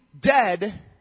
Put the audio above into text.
dead